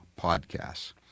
podcasts